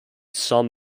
some